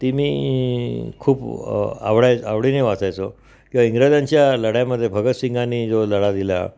ती मी खूप आवडाय आवडीने वाचायचो किंवा इंग्रजांच्या लढ्यामध्ये भगतसिंगांनी जो लढा दिला